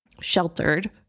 sheltered